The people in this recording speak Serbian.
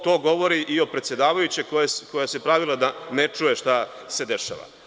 To govori i o predsedavajućoj koja se pravila da ne čuje šta se dešava.